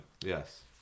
yes